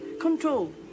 control